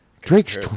Drake's—